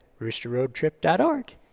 roosterroadtrip.org